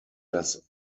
das